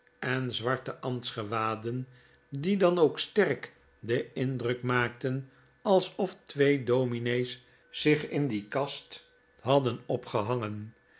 en zwarte ambtsgewaden die dan ook sterk den indruk maakten alsof twee dominees zich in die kast hadden